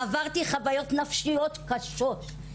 עברתי חוויות נפשיות קשות,